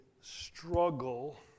struggle